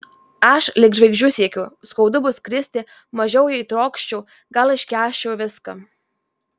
aš lig žvaigždžių siekiu skaudu bus kristi mažiau jei trokščiau gal iškęsčiau viską